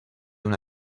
una